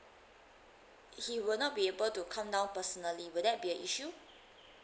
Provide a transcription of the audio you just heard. he will not be able to come down personally will that be a issue